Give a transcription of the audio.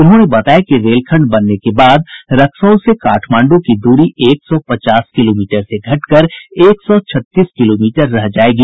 उन्होंने बताया कि रेलखंड बनने के बाद रक्सौल से काठमांडू की दूरी एक सौ पचास किलोमीटर से घट कर एक सौ छत्तीस किलोमीटर रह जायेगी